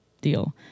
deal